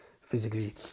physically